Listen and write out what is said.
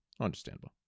understandable